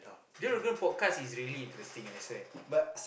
podcast is really interesting I swear